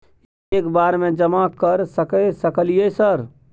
एक बार में जमा कर सके सकलियै सर?